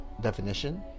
definition